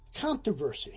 controversy